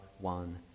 one